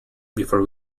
before